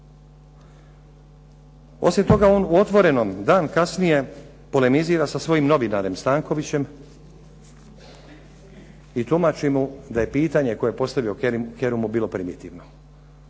Osim toga on u "Otvorenom" dan kasnije polemizira sa svojim novinarem Stankovićem i tumači mu da je pitanje koje je postavio Kerumu bilo primitivno.